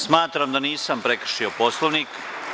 Smatram da nisam prekršio Poslovnik.